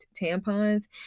tampons